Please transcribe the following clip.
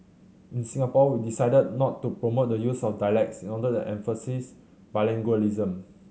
in Singapore we decided not to promote the use of dialects in order to emphasise bilingualism